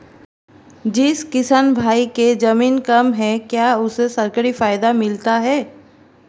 जिस किसान भाई के ज़मीन कम है क्या उसे सरकारी फायदा मिलता है?